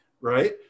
right